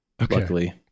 luckily